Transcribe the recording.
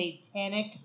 satanic